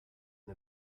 and